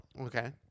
Okay